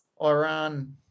Iran